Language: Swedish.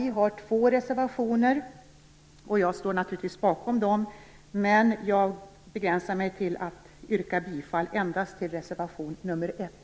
Vi har avgivit två reservationer, och jag står naturligtvis bakom dem, men jag begränsar mig till att yrka bifall till reservation nr 1.